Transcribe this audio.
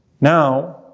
Now